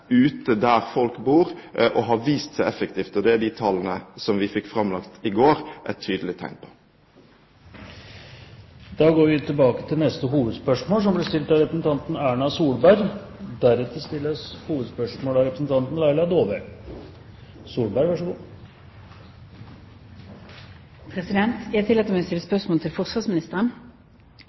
ute der folk bor, og det har vist seg å være effektivt. Det er de tallene vi fikk framlagt i går, et tydelig tegn på. Vi går videre til neste hovedspørsmål. Jeg tillater meg å stille spørsmål til forsvarsministeren. Jeg tror ikke noen av oss kan ha unngått å bli grepet av